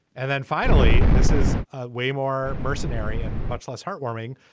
and then finally this is ah way more mercenary and much less heartwarming.